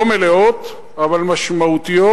לא מלאות אבל משמעותיות,